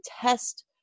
test